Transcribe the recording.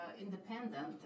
independent